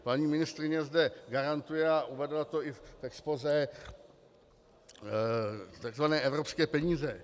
Paní ministryně zde garantuje, a uvedla to i v expozé, tzv. evropské peníze.